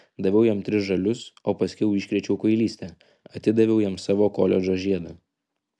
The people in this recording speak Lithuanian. daviau jam tris žalius o paskiau iškrėčiau kvailystę atidaviau jam savo koledžo žiedą